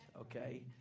okay